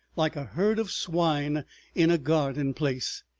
like a herd of swine in a garden place.